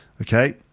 Okay